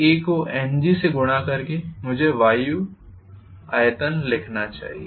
A को Ng से गुणा करके मुझे वायु आयतन लिखना चाहिए